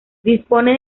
dispone